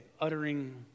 uttering